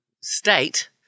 state